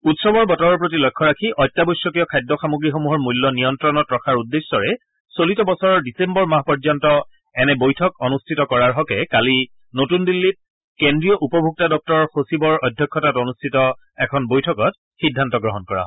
উৎসৱৰ বতৰৰ প্ৰতি লক্ষ্য ৰাখি অত্যাৱশ্যকীয় খাদ্য সামগ্ৰীসমূহৰ মূল্য নিয়ন্ত্ৰণত ৰখাৰ উদ্দেশ্যৰে চলিত বছৰৰ ডিচেম্বৰ মাহ পৰ্যন্ত এনে বৈঠক অনুষ্ঠিত কৰাৰ হকে কালি নতুন দিল্লীত কেন্দ্ৰীয় উপভোক্তা দপ্তৰৰ সচিবৰ অধ্যক্ষতাত অনুষ্ঠিত এখন বৈঠকত সিদ্ধান্ত গ্ৰহণ কৰা হয়